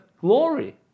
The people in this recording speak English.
glory